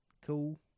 cool